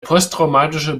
posttraumatische